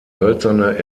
hölzerne